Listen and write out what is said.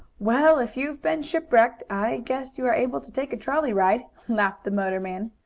well, if you've been shipwrecked, i guess you are able to take a trolley ride, laughed the motorman,